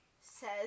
says